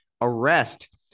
arrest